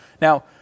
Now